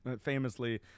famously